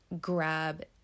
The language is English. grab